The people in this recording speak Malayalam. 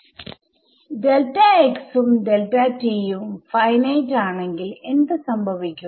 ഉം ഉം ഫൈനൈറ്റ് ആണെങ്കിൽ എന്ത് സംഭവിക്കും